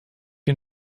den